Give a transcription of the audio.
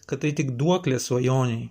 kad tai tik duoklė svajonei